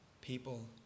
people